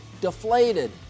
deflated